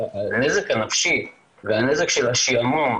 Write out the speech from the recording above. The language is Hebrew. הנזק הנפשי והנזק של השעמום,